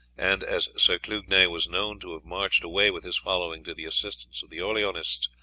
and as sir clugnet was known to have marched away with his following to the assistance of the orleanists,